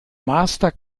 master